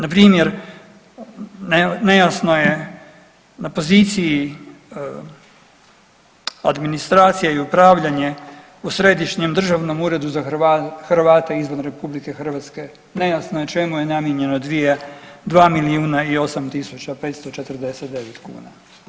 Na primjer nejasno je na poziciji administracija i upravljanje u Središnjem državnom uredu za Hrvate izvan RH nejasno je čemu je namijenjeno 2 milijuna i 8 tisuća 549 kuna.